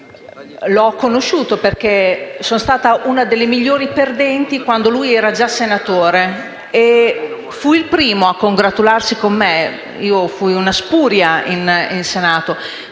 l’ho conosciuto perché sono stata una delle migliori perdenti quando lui era già senatore e fu il primo a congratularsi con me. Io fui una spuria qui in Senato